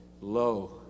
Lo